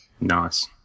Nice